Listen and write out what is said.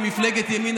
ממפלגת ימינה,